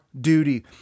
duty